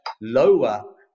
lower